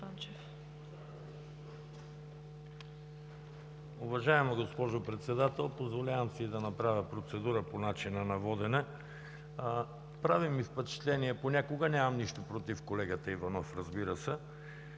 Уважаема госпожо Председател, позволявам си да направя процедура по начина на водене. Прави ми впечатление понякога, нямам нищо против колегата Иванов, разбира се,